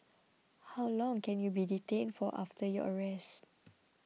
how long can you be detained for after your arrest